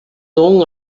nom